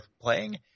playing